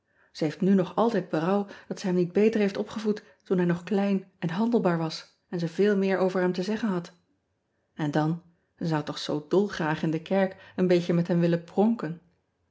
ij heeft nu nog altijd berouw dat zij hem niet beter heeft opgevoed toen hij nog klein en handelbaar was en ze veel meer over hem te zeggen had n dan ze zou toch zoo dolgraag in de kerk een beetje met hem willem pronken